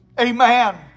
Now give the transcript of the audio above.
Amen